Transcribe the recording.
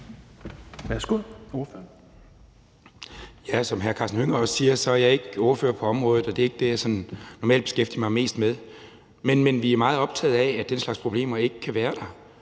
Dahl (DF): Som hr. Karsten Hønge også siger, er jeg ikke ordfører på området, og det er ikke det, som jeg normalt beskæftiger mig mest med, men vi er meget optagede af, at den slags problemer ikke kan være der,